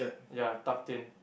ya tucked in